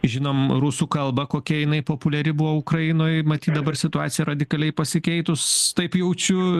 žinom rusų kalbą kokia jinai populiari buvo ukrainoj matyt dabar situacija radikaliai pasikeitus taip jaučiu